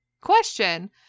question